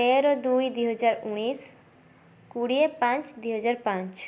ତେର ଦୁଇ ଦୁଇ ହଜାର ଉଣେଇଶ କୋଡ଼ିଏ ପାଞ୍ଚ ଦୁଇ ହଜାର ପାଞ୍ଚ